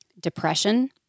Depression